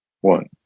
one